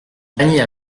panier